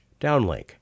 downlink